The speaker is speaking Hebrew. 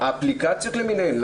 האפליקציות למיניהן.